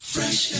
Fresh